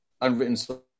unwritten